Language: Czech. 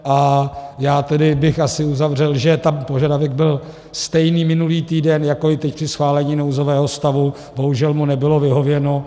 A já bych asi uzavřel, že tam požadavek byl stejný minulý týden, jako je teď při schválení nouzového stavu, bohužel mu nebylo vyhověno.